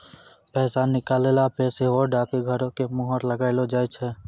पैसा निकालला पे सेहो डाकघरो के मुहर लगैलो जाय छै